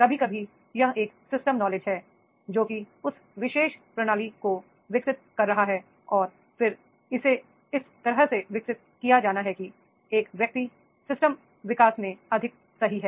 कभी कभी यह एक सिस्टम नॉलेज है जो कि उस विशेष प्रणाली को विकसित कर रहा है और फिर इसे इस तरह से विकसित किया जाना है कि एक व्यक्ति सिस्टम विकास में अधिक सही है